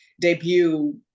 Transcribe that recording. debut